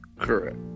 Correct